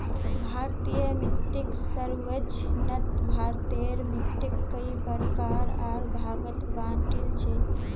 भारतीय मिट्टीक सर्वेक्षणत भारतेर मिट्टिक कई प्रकार आर भागत बांटील छे